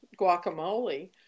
guacamole